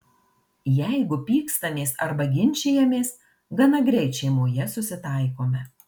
jeigu pykstamės arba ginčijamės gana greit šeimoje susitaikome